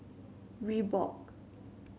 Reebok